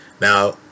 Now